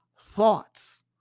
thoughts